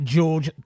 George